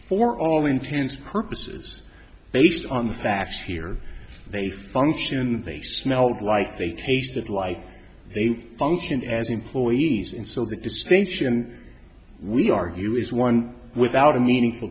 all intents and purposes based on the facts here they function they smelled like they tasted like they functioned as employees and so the distinction we argue is one without a meaningful